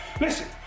Listen